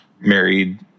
married